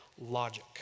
logic